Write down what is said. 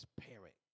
transparent